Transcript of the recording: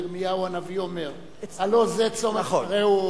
ירמיהו הנביא אומר: "הלא זה" נכון.